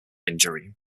injury